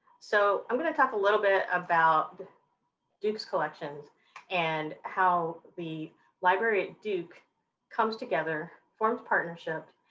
so i'm going to talk a little bit about duke's collections and how the library at duke comes together, forms partnership,